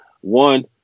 one